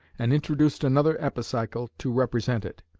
and introduced another epicycle to represent it.